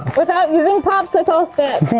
without using popsicle sticks!